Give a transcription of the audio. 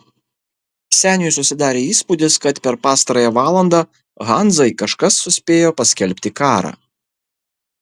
seniui susidarė įspūdis kad per pastarąją valandą hanzai kažkas suspėjo paskelbti karą